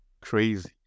crazy